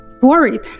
worried